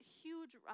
huge